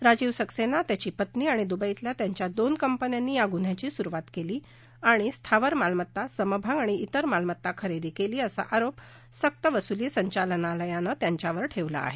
राजीव सक्सेना त्याची पत्नी आणि दुबईतल्या त्यांच्या दोन कंपन्यांनी या गुन्ह्याची सुरुवात केली आणि स्थावर मालमत्ता समभाग आणि ब्रिर मालमत्ता खरेदी केली असा आरोप सक्तवसुली संचालनालयानं त्याच्यावर ठेवला आहे